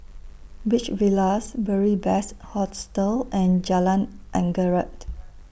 Beach Villas Beary Best Hostel and Jalan Anggerek